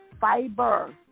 fiber